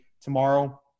tomorrow